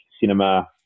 cinema